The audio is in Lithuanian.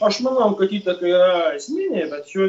aš manau kad įtaka yra esminė bet